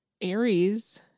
Aries